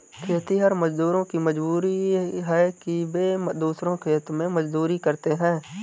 खेतिहर मजदूरों की मजबूरी है कि वे दूसरों के खेत में मजदूरी करते हैं